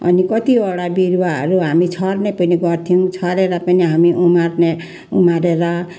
अनि कतिवटा बिरुवाहरू हामी छर्ने पनि गर्थ्यौँ छरेर पनि हामी उमार्ने उमारेर